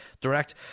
direct